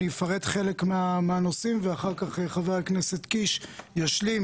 אני אפרט חלק מהנושאים ואחר כך חבר הכנסת קיש ישלים,